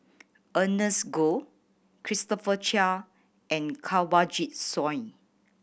Ernest Goh Christopher Chia and Kanwaljit Soin